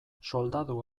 soldadu